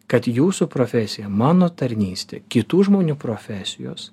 kad jūsų profesija mano tarnystė kitų žmonių profesijos